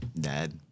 Dad